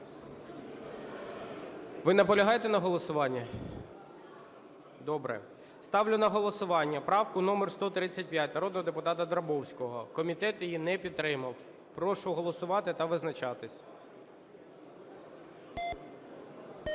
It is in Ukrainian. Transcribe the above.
Ви наполягаєте на голосуванні? Добре. Ставлю на голосування правку номер 135 народного депутата Драбовського. Комітет її не підтримав. Прошу голосувати та визначатись.